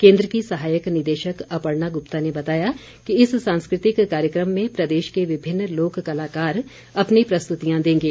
केन्द्र की सहायक निदेशक अपर्णा गुप्ता ने बताया कि इस सांस्कृतिक कार्यक्रम में प्रदेश के विभिन्न लोक कलाकार अपनी प्रस्तुतियां देंगे